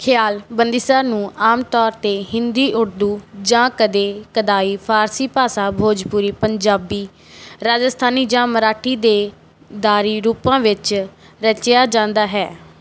ਖ਼ਿਆਲ ਬੰਦਿਸ਼ਾਂ ਨੂੰ ਆਮ ਤੌਰ 'ਤੇ ਹਿੰਦੀ ਉਰਦੂ ਜਾਂ ਕਦੇ ਕਦਾਈਂ ਫ਼ਾਰਸੀ ਭਾਸ਼ਾ ਭੋਜਪੁਰੀ ਪੰਜਾਬੀ ਰਾਜਸਥਾਨੀ ਜਾਂ ਮਰਾਠੀ ਦੇ ਦਾਰੀ ਰੂਪਾਂ ਵਿੱਚ ਰਚਿਆ ਜਾਂਦਾ ਹੈ